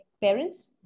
parents